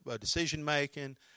decision-making